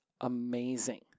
amazing